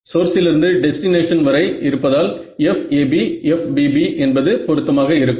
சோர்ஸிலிருந்து destination வரை இருப்பதால் FAB FBB என்பது பொருத்தமாக இருக்கும்